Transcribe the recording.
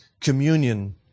Communion